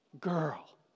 girl